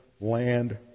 land